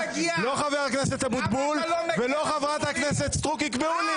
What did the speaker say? לא חבר הכנסת אבוטבול ולא חברת הכנסת סטרוק יקבעו לי